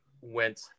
went